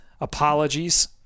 apologies